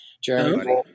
Jeremy